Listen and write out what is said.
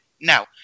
no